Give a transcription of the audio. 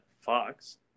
Fox